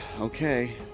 Okay